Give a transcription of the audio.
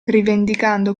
rivendicando